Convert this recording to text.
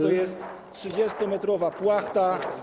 To jest 30-metrowa płachta.